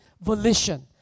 volition